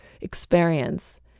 experience